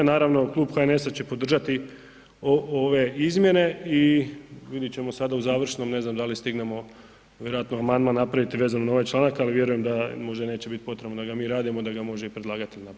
Naravno, klub HNS-a će podržati ove izmjene i vidit ćemo sad u završnom, ne znam da li stignemo vjerojatno amandman napraviti vezano na ovaj članak ali vjerujem da možda neće biti potrebno da ga mi raditi, da ga može i predlagatelj napraviti.